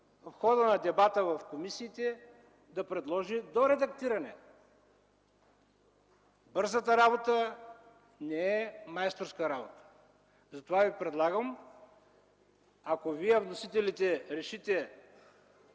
в хода на дебата в комисиите да предложи допълнително редактиране. Бързата работа не е майсторска работа. Затова ви предлагам, ако вносителите решите,